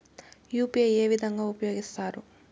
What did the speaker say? UPI ఏ విధంగా ఉపయోగిస్తారు?